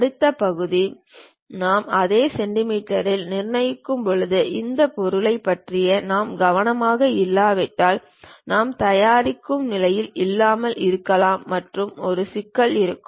அடுத்த பகுதி நாம் அதை சென்டிமீட்டரில் நிர்மாணிக்கும்போது இந்த பொருள்களைப் பற்றி நாம் கவனமாக இல்லாவிட்டால் நாம் தயாரிக்கும் நிலையில் இல்லாமல் இருக்கலாம் மற்றும் ஒரு சிக்கல் இருக்கும்